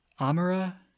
Amara